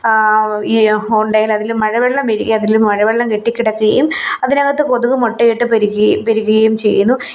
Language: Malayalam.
ഈ ഹോണ്ടയില് അതില് മഴവെള്ളം വീഴുകയും അതില് മഴവെള്ളം കെട്ടിക്കിടക്കുകയും അതിനകത്ത് കൊതുക് മുട്ടയിട്ടു പെരുകി പെരുകുകയും ചെയ്യുന്നു